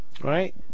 right